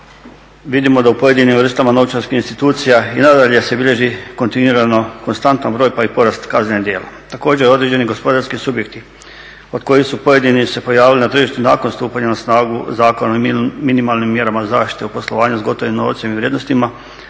vidimo da u pojedinim vrstama novčarskih institucija i nadalje se bilježi kontinuirano konstantan broj pa i porast kaznenih djela, također određeni gospodarski subjekti od kojih su pojedini se pojavili na tržištu nakon stupanja na snagu Zakona o minimalnim mjerama zaštite u poslovanju s gotovim novcima i vrijednostima,